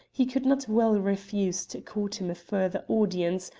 he could not well refuse to accord him a further audience,